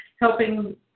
helping